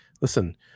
listen